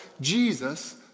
Jesus